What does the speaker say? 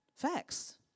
facts